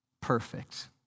perfect